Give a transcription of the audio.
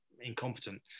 incompetent